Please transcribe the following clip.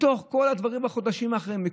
מתוך כל הדברים בחודשים האחרונים,